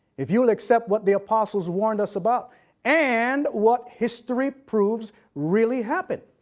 if you will accept what the apostles warned us about and what history proves really happened.